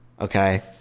Okay